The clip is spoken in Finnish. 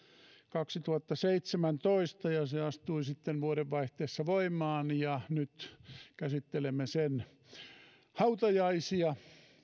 kaksituhattaseitsemäntoista ja se astui sitten vuodenvaihteessa voimaan ja nyt käsittelemme sen hautajaisia